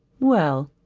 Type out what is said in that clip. well,